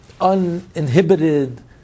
uninhibited